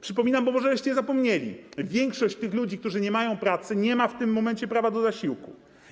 Przypominam, bo może zapomnieliście, że większość tych ludzi, którzy nie mają pracy, nie ma w tym momencie prawa do zasiłku.